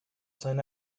seine